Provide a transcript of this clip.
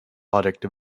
products